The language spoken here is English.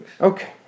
Okay